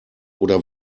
oder